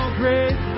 great